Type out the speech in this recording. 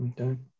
Okay